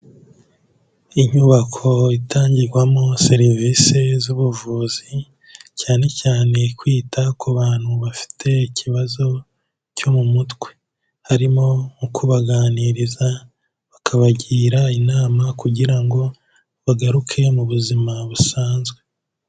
Inyubako itangirwamo serivisi z'ubuvuzi, cyane cyane kwita ku bantu bafite ikibazo cyo mu mutwe, harimo mu kubaganiriza, bakabagira inama kugira ngo bagaruke mu buzima busanzwe.